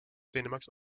dänemarks